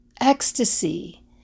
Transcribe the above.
ecstasy